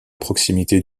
proximité